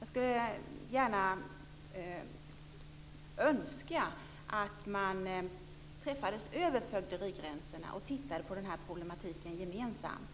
Jag skulle gärna önska att man träffades över fögderigränserna och tittade på den här problematiken gemensamt.